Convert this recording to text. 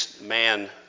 man